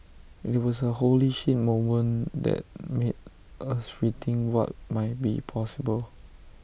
IT was A 'holy shit' moment that made us rethink what might be possible